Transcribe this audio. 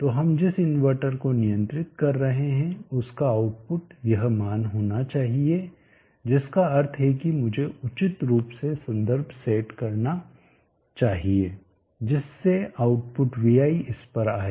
तो हम जिस इन्वर्टर को नियंत्रित कर रहे हैं उसका आउटपुट यह मान होना चाहिए जिसका अर्थ है कि मुझे उचित रूप से संदर्भ सेट करना चाहिए जिससे आउटपुट vi इस पर आये